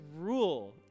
rule